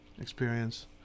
experience